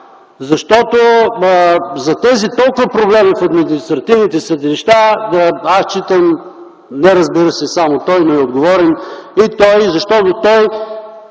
защото за тези толкова проблеми в административните съдилища считам не, разбира се, само него за отговорен - и той, защото той